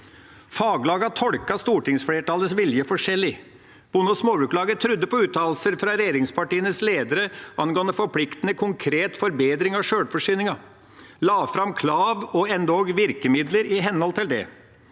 Faglagene tolket stortingsflertallets vilje forskjellig. Norsk Bonde- og Småbrukarlag trodde på uttalelser fra regjeringspartienes ledere angående forpliktende, konkret forbedring av sjølforsyningen, la fram krav og endog virkemidler i henhold til det.